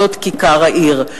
זאת כיכר העיר.